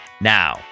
Now